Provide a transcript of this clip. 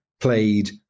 played